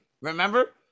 Remember